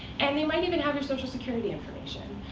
and they might even have your social security information.